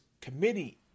committee